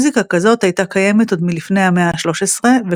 מוזיקה כזאת הייתה קיימת עוד מלפני המאה ה-13,